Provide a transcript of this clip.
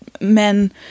men